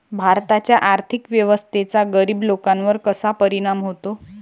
भारताच्या आर्थिक व्यवस्थेचा गरीब लोकांवर कसा परिणाम होतो?